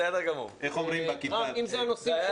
בסדר גמור, זה היה